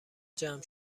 جمع